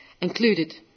included